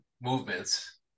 movements